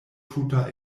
tuta